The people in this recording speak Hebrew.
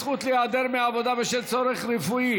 הזכות להיעדר מהעבודה בשל צורך רפואי